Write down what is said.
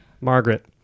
Margaret